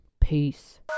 Peace